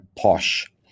posh